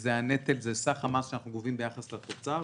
וזה סך המס שאנחנו גובים ביחס לתוצר,